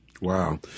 Wow